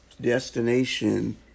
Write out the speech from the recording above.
destination